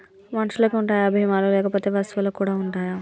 మనుషులకి ఉంటాయా బీమా లు లేకపోతే వస్తువులకు కూడా ఉంటయా?